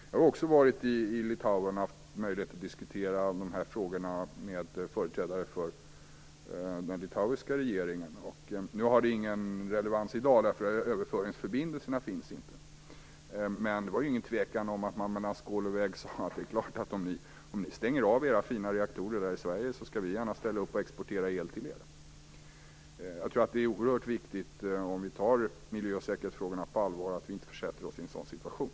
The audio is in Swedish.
Jag har också varit i Litauen och haft möjlighet att diskutera de här frågorna med företrädare för den litauiska regeringen. Nu har det ingen relevans i dag eftersom överföringsförbindelserna inte finns, men visst sade man mellan skål och vägg att om ni stänger av era fina reaktorer så är det klart att vi gärna ställer upp och exporterar el till er. Jag tror att det är oerhört viktigt att vi tar miljöoch säkerhetsfrågorna på ett sådant allvar att vi inte försätter oss i en sådan situation.